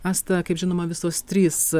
asta kaip žinoma visos trys